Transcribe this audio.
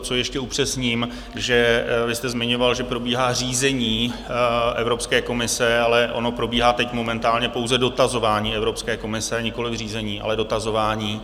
Co ještě upřesním, že vy jste zmiňoval, že probíhá řízení Evropské komise, ale ono probíhá teď momentálně pouze dotazování Evropské komise, nikoliv řízení, ale dotazování.